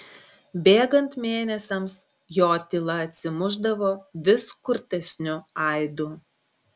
bėgant mėnesiams jo tyla atsimušdavo vis kurtesniu aidu